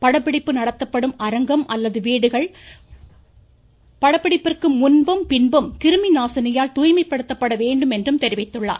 படப்பிடிப்பு நடத்தப்படும் அரங்கம் அல்லது வீடுகள் படப்பிற்கு முன்பும் பின்பும் கிருமி நாசினியால் தூய்மைப்படுத்தப்பட வேண்டும் என்றும தெரிவித்துள்ளார்